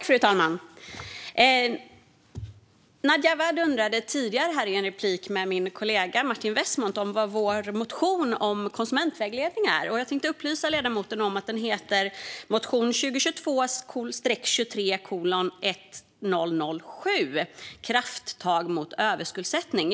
Fru talman! Nadja Awad ställde en fråga tidigare i en replik med min kollega Martin Westmont om vår motion om konsumentvägledning. Jag tänkte upplysa ledamoten om att motionen heter motion 2022/23:1007, Krafttag mot överskuldsättning .